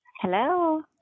Hello